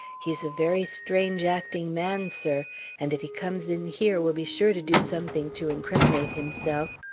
he's a very strange-acting man, sir and if he comes in here, will be sure to do something to incriminate himself.